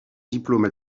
diplôme